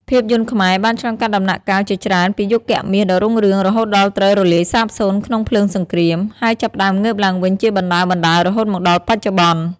ភាពយន្តខ្មែរបានឆ្លងកាត់ដំណាក់កាលជាច្រើនពីយុគមាសដ៏រុងរឿង រហូតដល់ត្រូវរលាយសាបសូន្យក្នុងភ្លើងសង្គ្រាម ហើយចាប់ផ្ដើមងើបឡើងវិញជាបណ្ដើរៗរហូតមកដល់បច្ចុប្បន្ន។